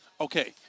Okay